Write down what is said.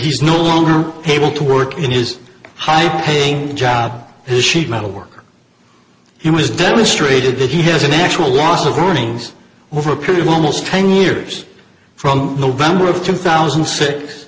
he's no longer able to work in his high paying job and sheet metal work he was demonstrated that he has an actual loss of earnings over a period almost ten years from november of two thousand six